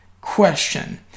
question